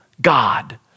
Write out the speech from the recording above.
God